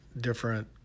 different